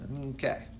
Okay